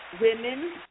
Women